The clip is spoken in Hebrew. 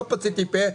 לא פציתי פה,